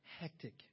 hectic